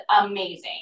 amazing